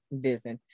business